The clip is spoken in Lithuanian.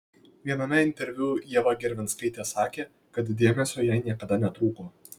viename interviu ieva gervinskaitė sakė kad dėmesio jai niekada netrūko